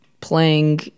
playing